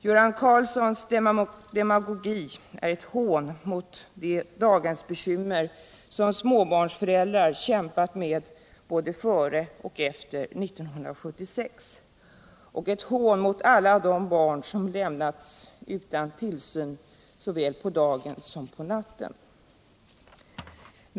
Göran Karlssons demagogi är ett hån mot de daghemsbekymmer som småbarnsföräldrar kämpat med både före och efter 1976 och ett hån mot alla de barn som lämnats utan tillsyn såväl på dagen som på natten.